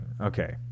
okay